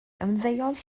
ymddeol